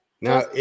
Now